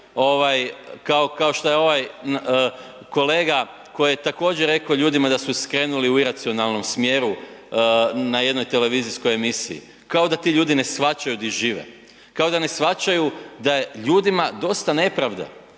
kao što je ovaj kolega koji je također rekao ljudima da su skrenuli u iracionalnom smjeru na jednoj televizijskoj emisiji kao da ti ljudi ne shvaćaju gdje žive, kao da ne shvaćaju da je ljudima dosta nepravde.